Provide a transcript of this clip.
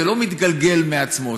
זה לא מתגלגל מעצמו,